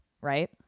right